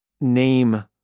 name